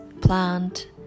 plant